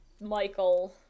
Michael